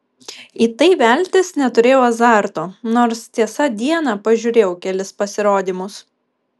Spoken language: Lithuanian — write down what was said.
į tai veltis neturėjau azarto nors tiesa dieną pažiūrėjau kelis pasirodymus